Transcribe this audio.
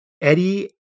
Eddie